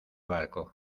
barco